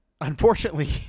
unfortunately